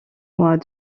mois